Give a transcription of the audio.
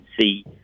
see